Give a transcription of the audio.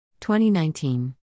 2019